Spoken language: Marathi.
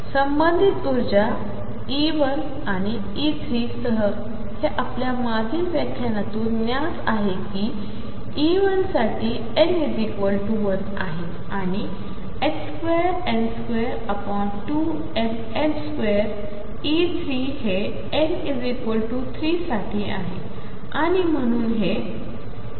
संबंधितऊर्जाE1आणिE3सहहेआपल्यामागीलव्याख्यानांमधूनज्ञातआहेतकिE1साठीn1आहेआणि222mL2E3हे n3साठीआहेआणिम्हणून हे9222mL2